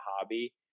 hobby